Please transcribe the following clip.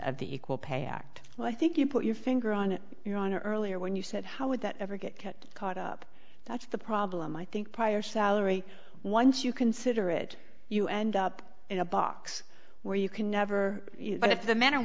of the equal pay act well i think you put your finger on it your honor earlier when you said how would that ever get caught up that's the problem i think prior salary once you consider it you end up in a box where you can never know if the men and